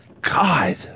God